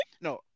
no